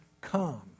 come